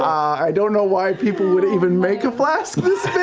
i don't know why people would even make a flask this